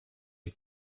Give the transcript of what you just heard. die